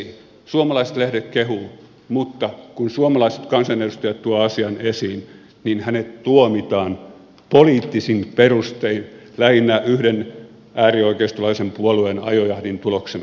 suomalaiset lehdet kehuvat mutta kun suomalainen kansanedustaja tuo asian esiin niin hänet tuomitaan poliittisin perustein lähinnä yhden äärioikeistolaisen puolueen ajojahdin tuloksena